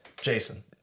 Jason